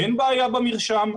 אין בעיה במרשם,